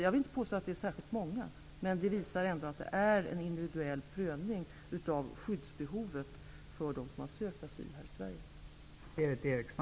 Jag vill inte påstå att de är särskilt många, men detta visar ändå att det sker en individuell prövning av skyddsbehovet för dem som har sökt asyl här i Sverige.